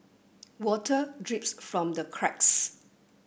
water drips from the cracks